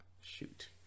Shoot